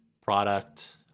product